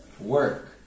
work